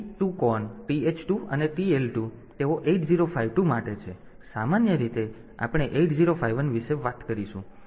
તેથી તેઓ 8 0 5 2 માટે છે પરંતુ સામાન્ય રીતે આપણે 8051 વિશે વાત કરીશું